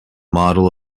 model